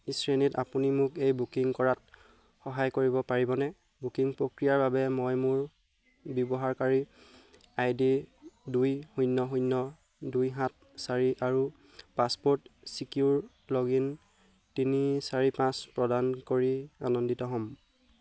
শ্ৰেণীত আপুনি মোক এই বুকিং কৰাত সহায় কৰিব পাৰিবনে বুকিং প্ৰক্ৰিয়াৰ বাবে মই মোৰ ব্যৱহাৰকাৰী আই ডি দুই শূন্য শূন্য দুই সাত চাৰি আৰু পাছপ'ৰ্ট ছিকিউৰ লগ ইন তিনি চাৰি পাঁচ প্ৰদান কৰি আনন্দিত হ'ম